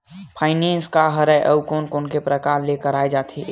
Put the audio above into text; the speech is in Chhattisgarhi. फाइनेंस का हरय आऊ कोन कोन प्रकार ले कराये जाथे?